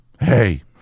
Hey